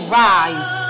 rise